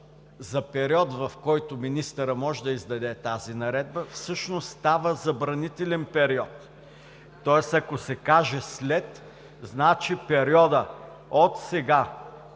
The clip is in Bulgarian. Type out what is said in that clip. за период, в който министърът може да издаде тази наредба, всъщност става забранителен период. Тоест ако се каже „след“, значи в периода от сега